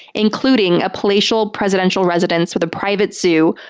including a palatial presidential residence with a private zoo,